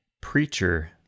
preacher